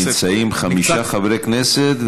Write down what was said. נמצאים חמישה חברי כנסת,